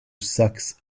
saxe